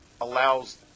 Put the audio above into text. allows